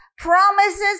promises